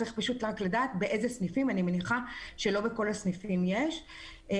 צריך לדעת באיזה סניפים כי אני מניחה שלא בכל הסניפים יש כיסאות בטיחות.